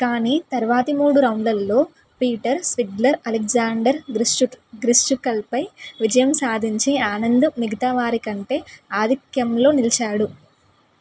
కానీ తర్వాతి మూడు రౌండ్లల్లో పీటర్ స్విడ్లర్ అలెగ్జాండర్ గ్రిస్చుట్ గ్రిస్చుకల్పై విజయం సాధించి ఆనందం మిగతా వారికంటే ఆధిక్యంలో నిలిచాడు